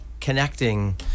connecting